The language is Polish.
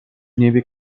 niebie